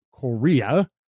Korea